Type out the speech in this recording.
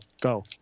Go